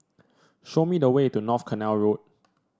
show me the way to North Canal Road